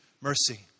mercy